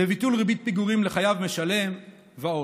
לביטול ריבית פיגורים לחייב משלם ועוד.